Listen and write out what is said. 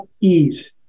ease